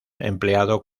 empleado